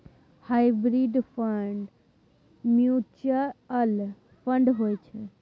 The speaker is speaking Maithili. हाइब्रिड फंड म्युचुअल फंड होइ छै